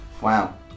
Wow